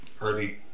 early